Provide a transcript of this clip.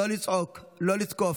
לא לצעוק, לא לתקוף.